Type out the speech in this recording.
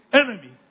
enemy